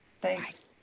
Thanks